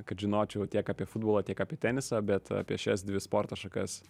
kad žinočiau tiek apie futbolą tiek apie tenisą bet apie šias dvi sporto šakas